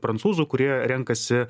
prancūzų kurie renkasi